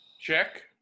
Check